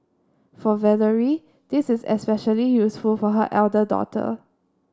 for Valerie this is especially useful for her elder daughter